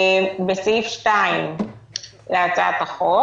בסעיף 2 להצעת החוק